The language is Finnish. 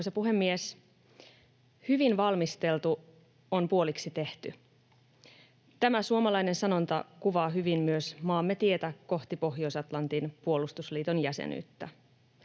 Arvoisa puhemies! Hyvin valmisteltu on puoliksi tehty. Tämä suomalainen sanonta kuvaa hyvin myös maamme tietä kohti Pohjois-Atlantin puolustusliiton jäsenyyttä.